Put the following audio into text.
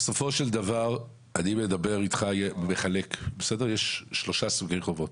בסופו של דבר, אני מחלק לשלושה סוגי חובות.